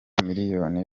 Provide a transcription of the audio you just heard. miliyoni